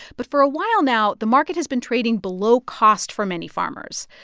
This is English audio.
but for a while now, the market has been trading below cost for many farmers.